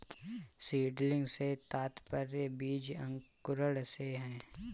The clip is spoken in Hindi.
सीडलिंग से तात्पर्य बीज अंकुरण से है